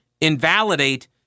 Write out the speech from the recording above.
invalidate